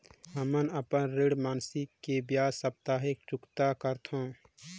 हमन अपन ऋण मासिक के बजाय साप्ताहिक चुकता करथों